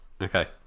Okay